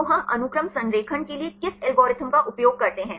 तो हम अनुक्रम संरेखण के लिए किस एल्गोरिथ्म का उपयोग करते हैं